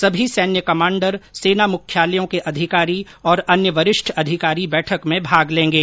सभी सैन्य कमांडर सेना मुख्यालयों के अधिकारी और अन्य वरिष्ठ अधिकारी बैठक में भाग लेंगे